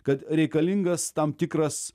kad reikalingas tam tikras